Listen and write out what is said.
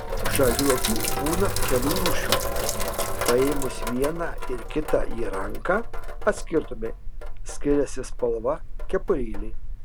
žaliuokių būna kelių rūšių paėmus vieną ir kitą į ranką atskirtumei skiriasi spalva kepurėlė